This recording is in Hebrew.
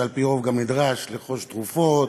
שעל פי רוב גם נדרש לרכוש תרופות